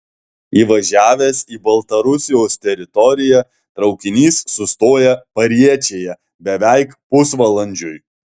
įvažiavęs į baltarusijos teritoriją traukinys sustoja pariečėje beveik pusvalandžiui